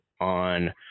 on